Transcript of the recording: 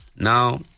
Now